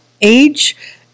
age